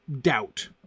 doubt